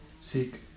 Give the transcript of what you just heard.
Seek